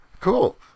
Cool